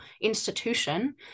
institution